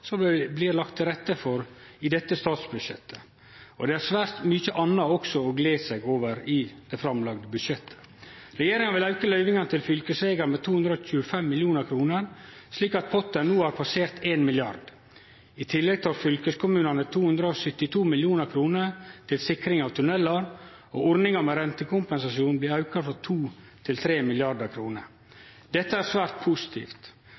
det blir lagt til rette for i dette statsbudsjettet, og det er også svært mykje anna å gle seg over i det framlagde budsjettet. Regjeringa vil auke løyvingane til fylkesvegar med 225 mill. kr, slik at potten no har passert 1 mrd. kr. I tillegg får fylkeskommunane 272 mill. kr til sikring av tunnelar, og ordninga med rentekompensasjon blir auka frå 2 mrd. kr til 3 mrd. kr. Dette er svært positivt.